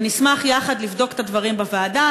ונשמח יחד לבדוק את הדברים בוועדה,